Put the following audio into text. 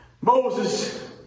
moses